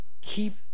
keep